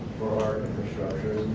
for our infrastructure